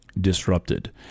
disrupted